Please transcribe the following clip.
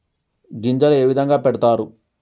గింజలు ఏ విధంగా పెడతారు?